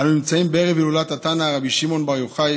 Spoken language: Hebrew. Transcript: אנו נמצאים בערב הילולת התנא רבי שמעון בר יוחאי,